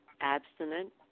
abstinent